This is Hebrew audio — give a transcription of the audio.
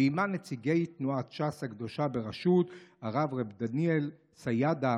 ועימה נציגי תנועת ש"ס הקדושה בראשות הרב דני סיידה,